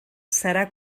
serà